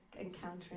encountering